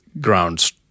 grounds